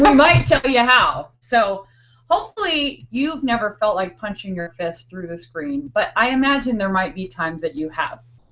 might tell you how. so hopefully, you never felt like punching your fists through the screen, but i imagine there might be times that you have.